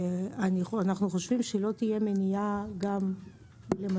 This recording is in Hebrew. אנחנו חושבים שלא תהיה מניעה גם למנות